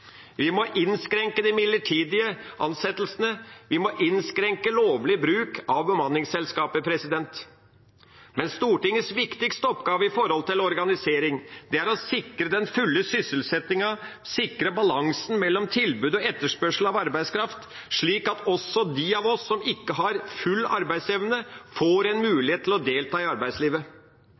Vi må innskrenke de midlertidige ansettelsene. Vi må innskrenke lovlig bruk av bemanningsselskaper. Stortingets viktigste oppgave når det gjelder organisering, er å sikre den fulle sysselsettingen, sikre balansen mellom tilbud og etterspørsel av arbeidskraft, slik at også de av oss som ikke har full arbeidsevne, får en mulighet til å delta i arbeidslivet.